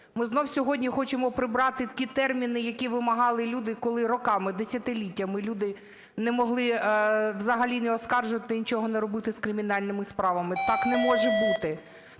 Ми знову сьогодні хочемо прибрати ті терміни, які вимагали люди, коли роками, десятиліттями люди не могли взагалі не оскаржувати, нічого не робити з кримінальними справами – так не може бути.